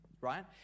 right